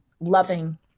Loving